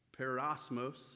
perosmos